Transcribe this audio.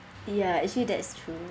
ya actually that is true